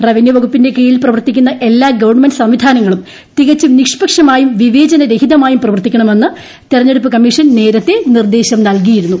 revenue വകുപ്പിന്റെ കീഴിൽ പ്രവർത്തിക്കുന്ന എല്ലാ ഗവൺമെന്റ് സംവിധാനങ്ങളും തികച്ചും നിഷ്പക്ഷമായും വിവേചന രഹിതമായും പ്രവർത്തിക്കണമെന്ന് തെരഞ്ഞെടുപ്പ് കമ്മീഷൻ നേരത്തെ നിർദ്ദേശം നൽകിയിരുന്നു